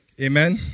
Amen